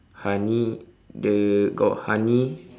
honey the got honey